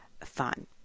Fun